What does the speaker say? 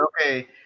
Okay